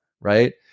right